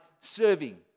serving